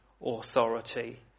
authority